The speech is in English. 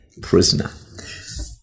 prisoner